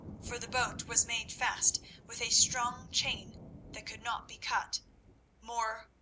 for the boat was made fast with a strong chain that could not be cut more,